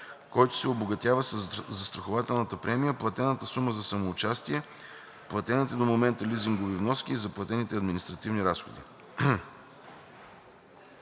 който се обогатява със застрахователната премия, платената сума за самоучастие, платените до момента лизингови вноски и заплатените административни разходи.